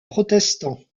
protestant